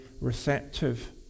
receptive